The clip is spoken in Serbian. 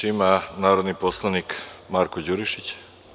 ima narodni poslanik Marko Đurišić.